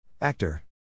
Actor